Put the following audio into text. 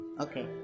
Okay